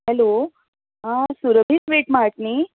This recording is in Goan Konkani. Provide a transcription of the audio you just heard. हॅलो सुरहित स्विट मार्ट न्हय